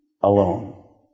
alone